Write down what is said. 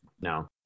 No